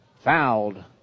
fouled